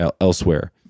elsewhere